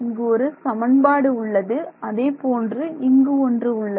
இங்கு ஒரு சமன்பாடு உள்ளது அதேபோன்று இங்கு ஒன்று உள்ளது